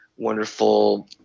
Wonderful